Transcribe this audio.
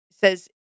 says